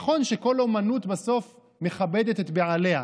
נכון שכל אומנות בסוף מכבדת את בעליה,